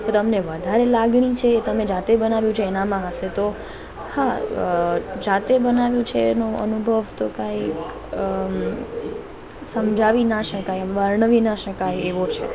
તો તમને વધારે લાગણી છે તમે જાતે બનાવ્યું છે એનામાં હશે તો હા જાતે બનાવ્યું છે એનો અનુભવ તો કંઈક સમજાવી ન શકાય એમ વર્ણવી ન શકાય એવો છે